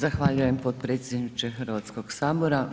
Zahvaljujem potpredsjedniče Hrvatskog sabora.